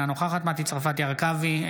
אינה נוכחת מטי צרפתי הרכבי,